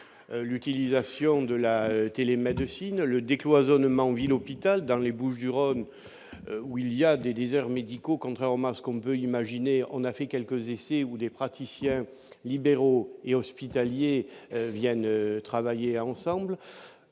l'utilisation de la télémédecine, le décloisonnement ville hôpital dans les Bouches-du-Rhône, où il y a des disert médicaux, contrairement à ce qu'on peut imaginer, on a fait quelques ici où les praticiens libéraux et hospitaliers viennent travailler ensembles